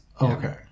Okay